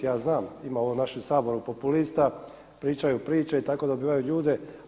Ja znam, ima u ovom našem Saboru populista, pričaju priče i tako dobivaju ljude.